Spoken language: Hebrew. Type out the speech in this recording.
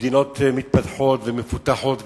למדינות מתפתחות ומפותחות כבר,